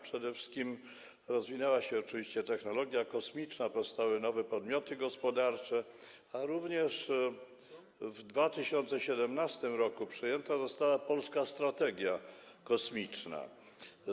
Przede wszystkim rozwinęła się oczywiście technologia kosmiczna, powstały nowe podmioty gospodarcze, a w 2017 r. przyjęta została Polska Strategia Kosmiczna.